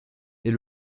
est